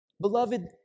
Beloved